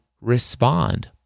respond